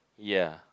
ya